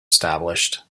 established